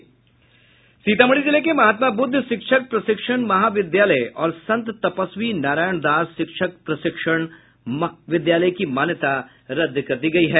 सीतामढ़ी जिले के महात्मा ब्रद्ध शिक्षक प्रशिक्षण महाविद्यालय और संत तपस्वी नारायण दास शिक्षक प्रशिक्षण विद्यालय की मान्यता रद्द कर दी गयी है